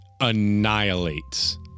annihilates